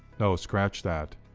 no, scratch that,